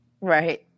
Right